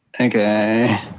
Okay